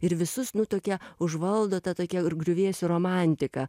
ir visus nu tokia užvaldo ta tokia griuvėsių romantika